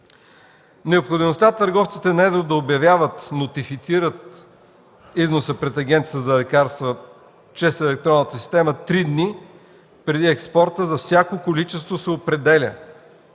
Необходимостта търговците на едро да обявяват, нотифицират износа пред Агенцията за лекарства чрез електронната система три дни преди експорта за всяко количество се определя